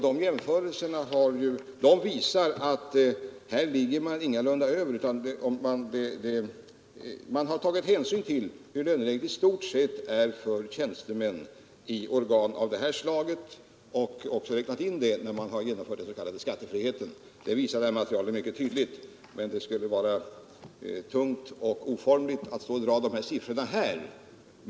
Dessa jämförelser visar att den personal det här är fråga om ingalunda ligger över, utan man har tagit hänsyn till hur löneläget i stort sett är för tjänstemän i organ av detta slag när man har genomfört den s.k. skattefriheten. Det visar detta material mycket tydligt. Det skulle dock vara tungt och oformligt att räkna upp dessa siffror här.